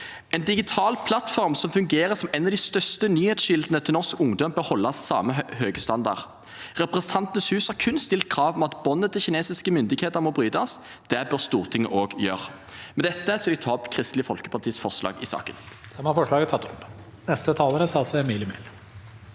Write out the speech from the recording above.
En digital plattform som fungerer som en av de største nyhetskildene for norsk ungdom, bør holde samme høye standard. Representantenes hus har kun stilt krav om at båndet til kinesiske myndigheter må brytes; det bør Stortinget også gjøre. Med dette vil jeg ta opp Kristelig Folkepartis forslag i saken.